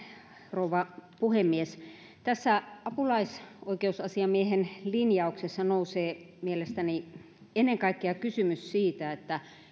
rouva puhemies tässä apulaisoikeusasiamiehen linjauksessa nousee esiin mielestäni ennen kaikkea kysymys siitä